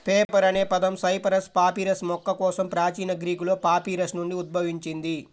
paper అనే పదం cyperus papyrus మొక్క కోసం ప్రాచీన గ్రీకులో పాపిరస్ నుండి ఉద్భవించింది